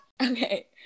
Okay